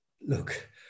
Look